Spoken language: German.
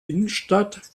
innenstadt